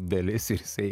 dalis ir jisai